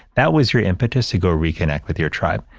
that was your impetus to go reconnect with your tribe.